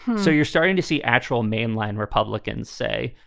so you're starting to see actual name line republicans say,